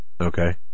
Okay